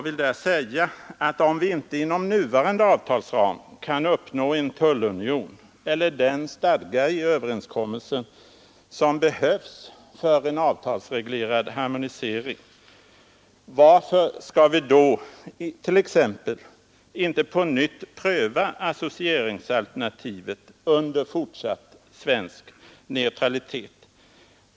Men om vi inte inom nuvarande avtalsram kan uppnå en tullunion eller den stadga i överenskommelsen som behövs för en avtalsreglerad harmonisering, varför skall vi då t.ex. inte på nytt kunna pröva associeringsalternativet under fortsatt svensk neutralitet?